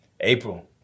April